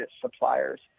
suppliers